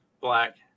Black